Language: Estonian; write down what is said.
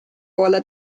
poole